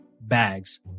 bags